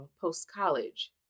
post-college